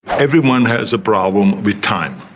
everyone has a problem with time.